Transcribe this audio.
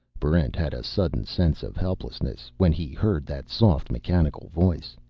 barrent had a sudden sense of helplessness when he heard that soft mechanical voice.